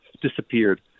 disappeared